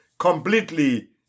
completely